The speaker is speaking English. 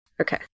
Okay